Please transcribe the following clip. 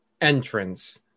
entrance